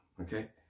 Okay